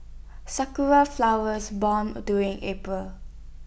Sakura Flowers born during April